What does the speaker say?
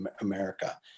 America